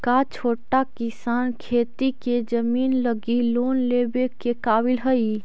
का छोटा किसान खेती के जमीन लगी लोन लेवे के काबिल हई?